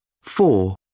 Four